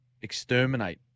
exterminate